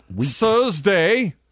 Thursday